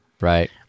Right